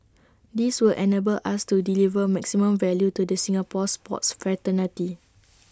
this will enable us to deliver maximum value to the Singapore sports fraternity